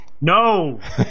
No